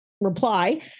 reply